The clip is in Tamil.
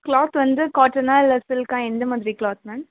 க்ளாத் வந்து காட்டனா இல்லை சில்க்கா எந்தமாதிரி க்ளாத் மேம்